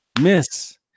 Miss